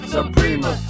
Suprema